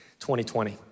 2020